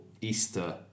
Easter